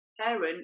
parent